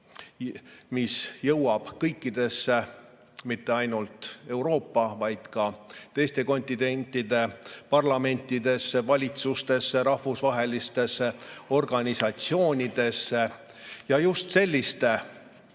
mis jõuab kõikidesse, mitte ainult Euroopa, vaid ka teiste kontinentide parlamentidesse, valitsustesse, rahvusvahelistesse organisatsioonidesse. Just selliste